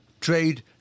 trade